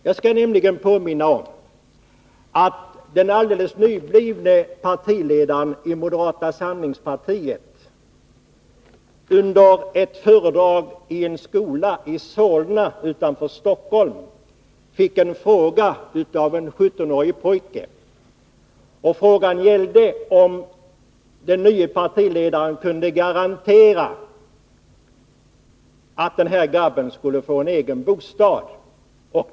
Jag skall påminna om att den alldeles nyblivne partiledaren i moderata samlingspartiet under ett föredrag i en skola i Solna utanför Stockholm fick en fråga av en 17-årig pojke. Frågan gällde om den nye partiledaren kunde garantera att den här grabben skulle få en egen bostad.